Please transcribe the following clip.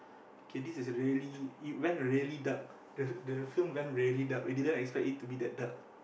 okay this is really it went really dark the the film went really dark we didn't expect it to be that dark